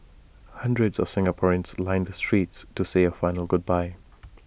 hundreds of Singaporeans lined the streets to say A final goodbye